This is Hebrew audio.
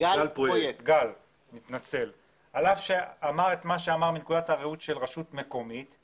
פרויקט מנקודת הראות של רשות מקומית,